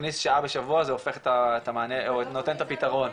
מכניס שעה בשבוע זה הופך את המענה או נותן את הפתרון.